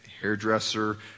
hairdresser